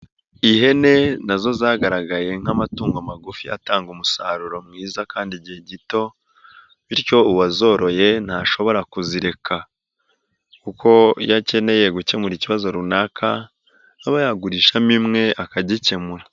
Ihene nazo zagaragaye nk'amatungo magufi atanga umusaruro mwiza kandi igihe gito, bityo uwazoroye ntashobora kuzireka kuko iyo akeneye gukemura ikibazo runaka aba yagurishamo imwe akagikemura.